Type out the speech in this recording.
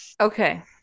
okay